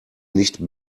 nicht